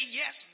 yes